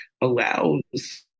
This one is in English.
allows